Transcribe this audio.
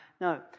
No